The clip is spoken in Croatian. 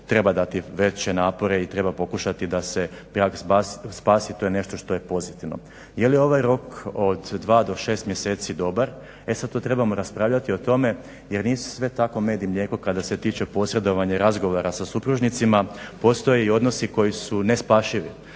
treba dati veće napore i treba pokušati da se brak spasi. To je nešto što je pozitivno. Je li ovaj rok od 2 do 6 mjeseci dobar? E sad to trebamo raspravljati o tome jer nije sve tako med i mlijeko što se tiče posredovanja i razgovora sa supružnicima. Postoje i odnosi koji su nespasivi.